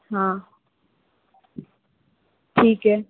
हाँ ठीक है